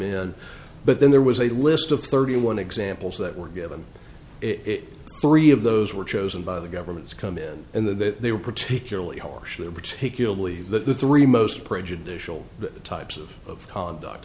in but then there was a list of thirty one examples that were given it three of those were chosen by the government to come in and that they were particularly harshly or particularly the three most prejudicial types of conduct